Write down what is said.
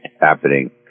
happening